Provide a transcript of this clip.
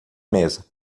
mesa